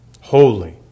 Holy